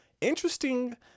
Interesting